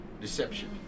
Deception